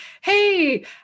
hey